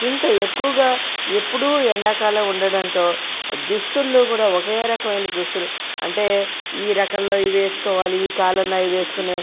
ఇంత ఎక్కువగా ఎప్పుడు ఎండాకాలం ఉండటంతో దుస్తుల్లో కూడా ఒకే రకమైన దుస్తులు అంటే ఈ రకంలో ఇవి వేసుకోవాలి ఈ కాలంలో అవి వేసుకునే